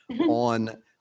on